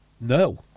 No